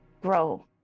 grow